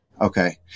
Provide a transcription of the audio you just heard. Okay